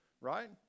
right